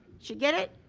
you get it?